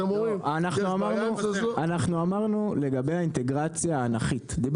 אתם אומרים שיש בעיה?